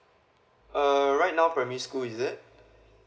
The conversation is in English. err right now primary school is it